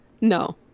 No